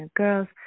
girls